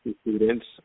students